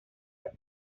los